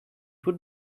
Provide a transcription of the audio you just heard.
would